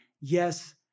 yes